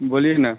बोलिए ना